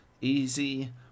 Easy